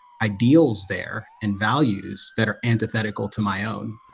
ideals there and values that are antithetical to my own